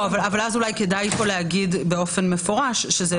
אז אולי כדאי להגיד פה באופן מפורש שזה